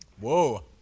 Whoa